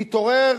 נתעורר,